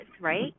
right